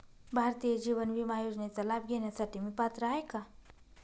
भारतीय जीवन विमा योजनेचा लाभ घेण्यासाठी मी पात्र आहे का?